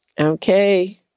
Okay